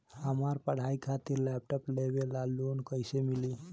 हमार पढ़ाई खातिर लैपटाप लेवे ला लोन कैसे मिली?